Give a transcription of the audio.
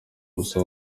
ubusa